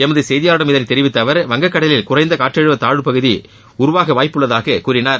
எமது செய்தியாளரிடம் இதனைத் தெரிவித்த அவர் வங்கக் கடலில் குறைந்த காற்றழுத்த தாழ்வுப் பகுதி உருவாக வாய்ப்புள்ளதாக கூறினார்